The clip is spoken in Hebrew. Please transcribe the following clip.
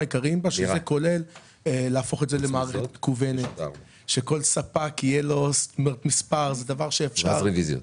שאלה נוספת ששאלתי היא למה זה נקרא לעדה הדרוזית והצ'רקסית?